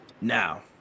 Now